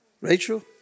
Rachel